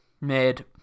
made